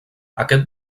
aquest